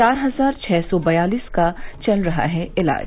चार हजार छह सौ यालीस का चल रहा है इलाज